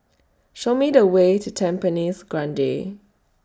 Show Me The Way to Tampines Grande